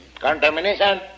contamination